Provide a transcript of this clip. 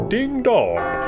Ding-dong